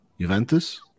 Juventus